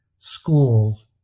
schools